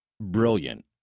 brilliant